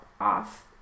off